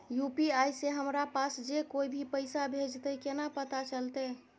UPI से हमरा पास जे कोय भी पैसा भेजतय केना पता चलते?